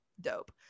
dope